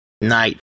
night